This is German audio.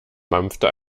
mampfte